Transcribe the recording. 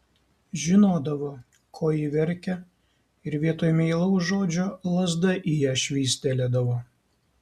žinodavo ko ji verkia ir vietoj meilaus žodžio lazda į ją švystelėdavo